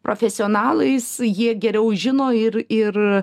profesionalais jie geriau žino ir ir